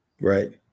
Right